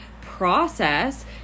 process